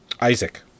Isaac